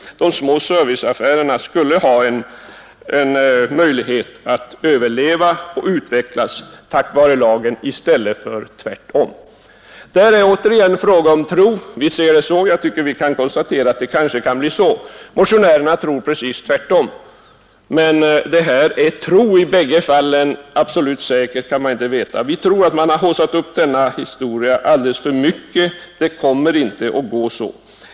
De små servicebutikerna skulle sålunda ha en möjlighet att överleva och utvecklas tack vare lagens upphörande i stället för tvärtom. Där är det åter en fråga om tro. Men vi ser det så. Jag tycker också att man skall kunna konstatera att det kanske blir på det sättet. Motionärerna tror tvärtom. Men i båda fallen är det en fråga om tro. Riktigt säkert kan man inte veta någonting. Vi tror att man här har haussat upp denna fråga alldeles för mycket och att det inte kommer att gå så som man befarar.